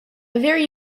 very